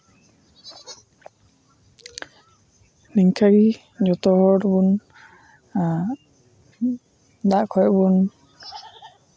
ᱱᱤᱝᱠᱟᱹ ᱜᱮ ᱡᱚᱛᱚ ᱦᱚᱲ ᱵᱚᱱ ᱫᱟᱜ ᱠᱷᱚᱡ ᱵᱚᱱ